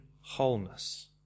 wholeness